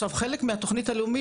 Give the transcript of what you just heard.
חלק מהתוכנית הלאומית,